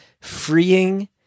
freeing